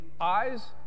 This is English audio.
eyes